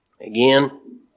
Again